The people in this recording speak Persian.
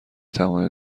توانید